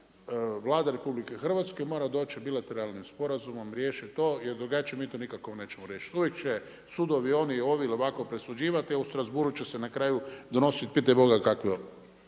Vlada RH mora doći i bilateralnim sporazumom riješiti to jer drugačije mi to nikako nećemo riješiti. Uvijek će sudovi, ovi ili oni ovako presuđivati, a u Strasbourg će se na kraju donositi pitaj Boga kakve